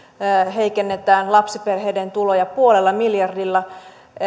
heikennettäisiin lapsiperheiden tuloja puolella miljardilla